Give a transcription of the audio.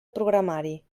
programari